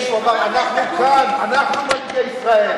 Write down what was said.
מישהו אמר, אנחנו כאן, אנחנו מנהיגי ישראל.